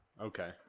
Okay